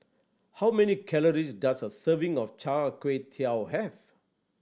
how many calories does a serving of Char Kway Teow have